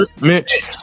Mitch